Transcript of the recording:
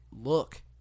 look